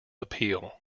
appeal